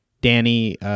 Danny